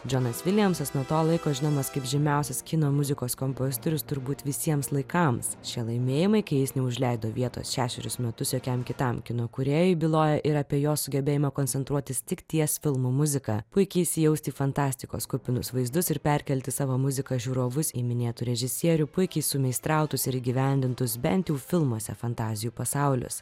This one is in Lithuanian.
džonas viljamsas nuo to laiko žinomas kaip žymiausias kino muzikos kompozitorius turbūt visiems laikams šie laimėjimai kai jis neužleido vietos šešerius metus jokiam kitam kino kūrėjui byloja ir apie jo sugebėjimą koncentruotis tik ties filmo muzika puikiai įsijausti į fantastikos kupinus vaizdus ir perkelti savo muziką žiūrovus į minėtų režisierių puikiai sumeistrautus ir įgyvendintus bent jau filmuose fantazijų pasaulis